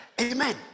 Amen